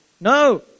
No